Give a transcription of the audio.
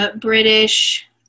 British